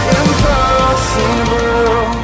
impossible